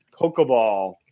Pokeball